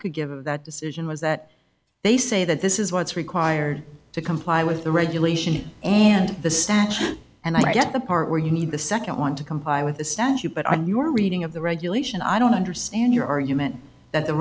could give of that decision was that they say that this is what's required to comply with the regulation and the statute and i get the part where you need the nd i want to comply with the statute but on your reading of the regulation i don't understand your argument that the